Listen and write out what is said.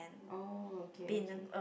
oh okay okay